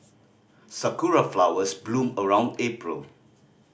sakura flowers bloom around April